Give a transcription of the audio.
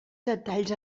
detalls